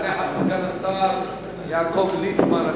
יעלה סגן השר יעקב ליצמן.